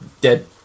dead